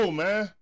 man